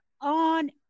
on